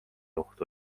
ohtu